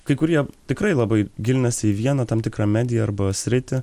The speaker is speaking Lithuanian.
kai kurie tikrai labai gilinasi į vieną tam tikrą mediją arba sritį